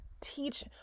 teach